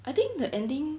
I think the ending